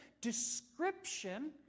description